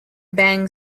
bang